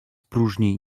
próżni